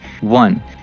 one